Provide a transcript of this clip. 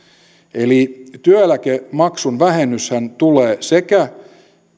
eli työeläkemaksun vähennyshän sekä tulee